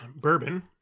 Bourbon